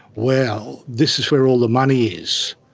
wow! this is where all the money is.